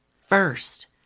First